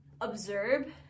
observe